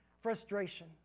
frustration